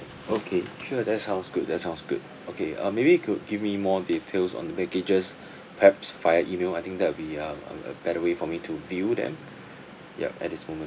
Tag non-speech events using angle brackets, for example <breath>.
okay sure that sounds good that sounds good okay uh maybe you could give me more details on the packages <breath> perhaps via email I think that would be uh um a better way for me to view them <breath> ya at this moment